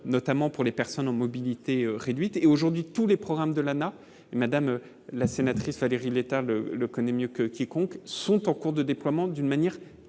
notamment pour les personnes en mobilité réduite et aujourd'hui tous les programmes de l'Anah, madame la sénatrice Valérie Létard le le connaît mieux que quiconque, sont en cours de déploiement d'une manière très